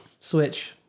switch